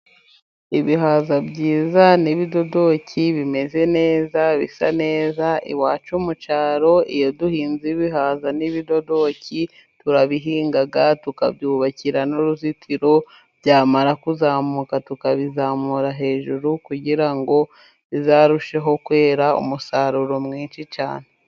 Ibihaza byiza n'ibidodoki bimeze neza， bisa neza， iwacu mu cyaro，iyo duhinze ibihaza n'ibidodoki，turabihinga， tukabyubakira n'uruzitiro， byamara kuzamuka， tukabizamura hejuru， kugira ngo bizarusheho kwera， umusaruro mwinshi cyane.